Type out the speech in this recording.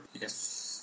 yes